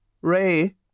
Ray